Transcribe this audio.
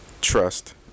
trust